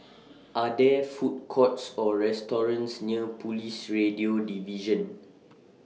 Are There Food Courts Or restaurants near Police Radio Division